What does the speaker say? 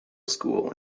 school